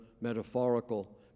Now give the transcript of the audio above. metaphorical